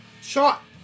Shot